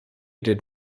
did